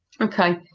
Okay